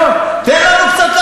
תן לנו קצת,